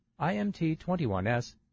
IMT-21S